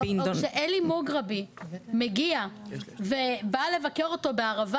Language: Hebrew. כשאלי מוגרבי מגיע ובא לבקר אותו בערבה,